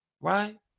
right